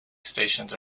stations